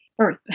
earth